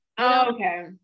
okay